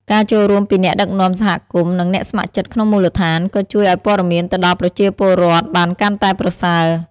ការចូលរួមពីអ្នកដឹកនាំសហគមន៍ និងអ្នកស្ម័គ្រចិត្តក្នុងមូលដ្ឋាន ក៏ជួយឲ្យព័ត៌មានទៅដល់ប្រជាពលរដ្ឋបានកាន់តែប្រសើរ។